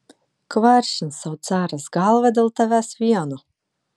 kvaršins sau galvą caras dėl tavęs vieno